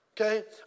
Okay